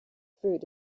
fruit